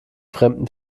fremden